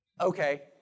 Okay